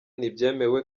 ntibyemewe